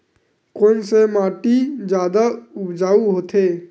कोन से माटी जादा उपजाऊ होथे?